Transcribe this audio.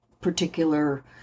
particular